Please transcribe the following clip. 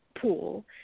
pool